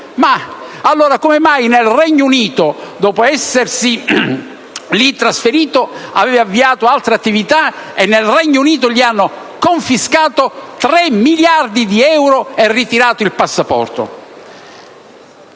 Ma allora, come mai nel Regno Unito, dopo essersi lì trasferito e aver avviato altre attività, gli hanno confiscato 3 miliardi di euro e ritirato il passaporto?